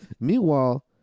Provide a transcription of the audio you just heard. Meanwhile